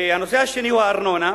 הנושא השני הוא הארנונה.